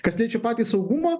kas liečia patį saugumą